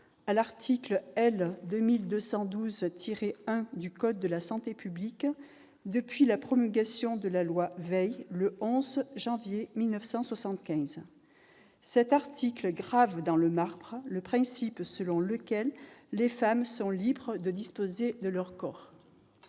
à l'article L. 2212-1 du code de la santé publique depuis la promulgation de la loi Veil le 11 janvier 1975. Cet article grave dans le marbre le principe selon lequel les femmes sont libres de disposer de leur corps.